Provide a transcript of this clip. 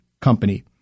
Company